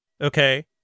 okay